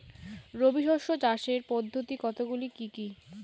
রবি শস্য চাষের পদ্ধতি কতগুলি কি কি?